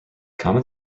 common